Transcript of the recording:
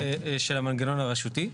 של המנגנון הרשותי.